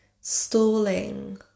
stalling